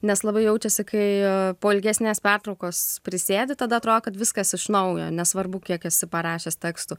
nes labai jaučiasi kai po ilgesnės pertraukos prisėdi tada atrodo kad viskas iš naujo nesvarbu kiek esi parašęs tekstų